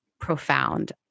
profound